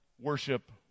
Worship